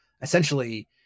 essentially